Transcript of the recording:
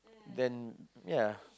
then yeah